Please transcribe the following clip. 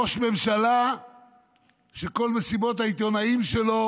ראש ממשלה שכל מסיבות העיתונאים שלו